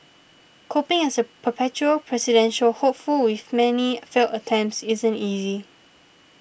coping as a perpetual presidential hopeful with many failed attempts isn't easy